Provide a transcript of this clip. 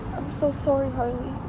so sorry harley